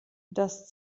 das